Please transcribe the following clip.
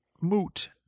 moot